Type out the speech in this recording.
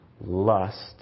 lust